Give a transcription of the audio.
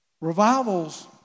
Revivals